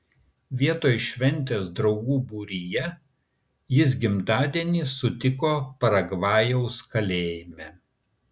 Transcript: vietoj šventės draugų būryje jis gimtadienį sutiko paragvajaus kalėjime